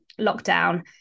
lockdown